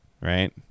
right